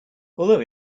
although